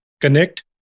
connect